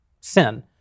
sin